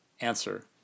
Answer